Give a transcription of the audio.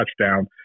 touchdown